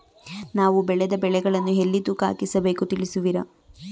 ನಾವು ಬೆಳೆದ ಬೆಳೆಗಳನ್ನು ಎಲ್ಲಿ ತೂಕ ಹಾಕಿಸಬೇಕು ತಿಳಿಸುವಿರಾ?